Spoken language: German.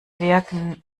wirken